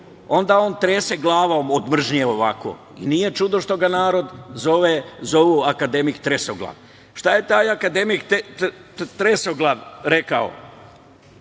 onda on trese glavom od mržnje ovako i nije čudo što ga narod zovu akademik „tresoglav“.Šta je taj akademik „tresoglav“ rekao?